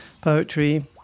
poetry